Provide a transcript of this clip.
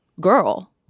girl